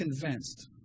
convinced